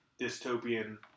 dystopian